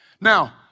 Now